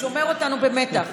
שומר אותנו במתח.